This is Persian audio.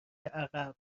عقب